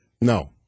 No